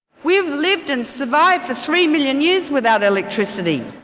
we've lived and survived for three million years without electricity.